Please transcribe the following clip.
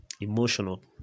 emotional